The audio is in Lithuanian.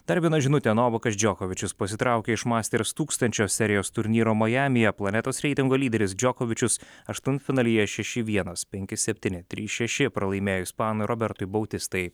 dar viena žinutė novakas džokovičius pasitraukė iš masters tūkstančio serijos turnyro majamyje planetos reitingo lyderis džokovičius aštuntfinalyje šeši vienas penki septyni trys šeši pralaimėjo ispanui robertui bautistai